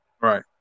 Right